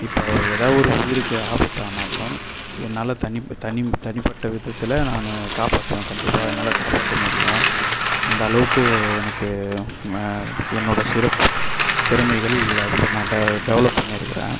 இப்போ ஒரு எதாது ஒரு உயிருக்கு ஆபத்து ஆனாலும் என்னால் தனிப் தனித் தனிப்பட்ட விதத்தில் நானு காப்பாத்துவேன் கண்டிப்பாக என்னால் காப்பாற்ற முடியும் அந்த அளவுக்கு எனக்கு ம என்னோடய சிறப்பு திறமைகள் அதில் நான் டெ டெவலப் பண்ணிருக்கிறேன்